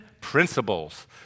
principles